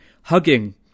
Hugging